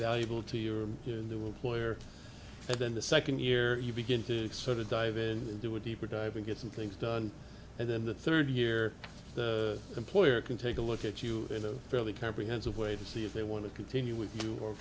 valuable to you're in the one player and then the second year you begin to sort of dive in and do a deeper dive and get some things done and then the third year employer can take a look at you in a fairly comprehensive way to see if they want to continue with you or